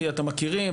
כי אתם מכירים,